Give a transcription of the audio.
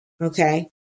okay